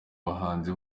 bahanzi